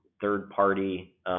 third-party